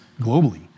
globally